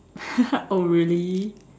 oh really